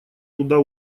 туда